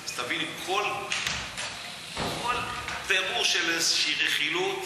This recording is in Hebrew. תביני, כל פירור של איזו רכילות,